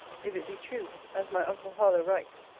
if it be true, as my uncle harlowe writes,